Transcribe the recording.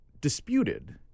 disputed